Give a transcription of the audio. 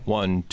one